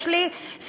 יש לי סימוכין,